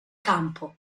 campo